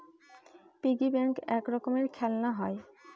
piggy bank এক রকমের খেলনা হয়